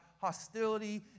hostility